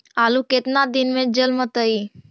आलू केतना दिन में जलमतइ?